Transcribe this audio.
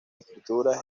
escritura